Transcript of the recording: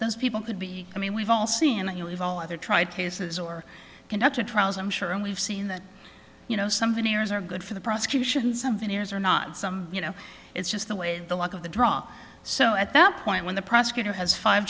those people could be i mean we've all seen and you have all either tried cases or conducted trials i'm sure and we've seen that you know something ears are good for the prosecution something years or not some you know it's just the way the luck of the draw so at that point when the prosecutor has five